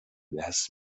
دست